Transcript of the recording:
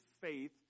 faith